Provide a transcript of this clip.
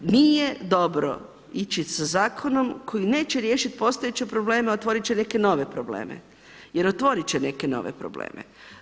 Nije dobro ići sa zakonom koji neće riješiti postojeće probleme, otvoriti će neke nove probleme, jer otvoriti će neke nove probleme.